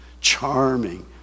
charming